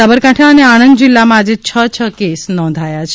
સાબરકાંઠા અને આણંદ જિલ્લામાં આજે છ છ કેસ નોંધાયા છે